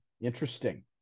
interesting